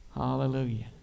hallelujah